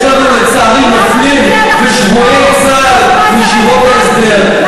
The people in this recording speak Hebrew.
יש לנו לצערי נופלים ושבויי צה"ל מישיבות ההסדר,